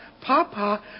Papa